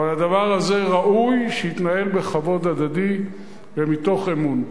אבל הדבר הזה ראוי שיתנהל בכבוד הדדי ומתוך אמון.